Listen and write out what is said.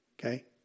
okay